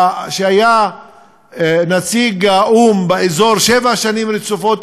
שהיה נציג האו"ם באזור שבע שנים רצופות,